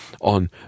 on